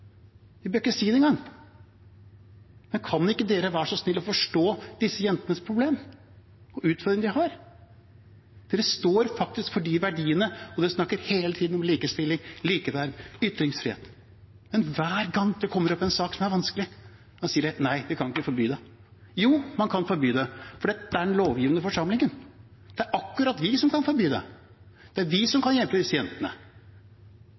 Men kan man ikke være så snill å forstå disse jentenes problem og utfordringene de har? Man står faktisk for de verdiene, og man snakker hele tiden om likestilling, likeverd, ytringsfrihet, men hver gang det kommer opp en sak som er vanskelig, så sier man nei, vi kan ikke forby det. Jo, man kan forby det, fordi dette er den lovgivende forsamlingen. Det er akkurat vi som kan forby det. Det er vi som